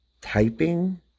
typing